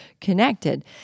connected